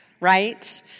right